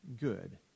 good